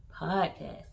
Podcast